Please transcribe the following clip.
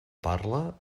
parla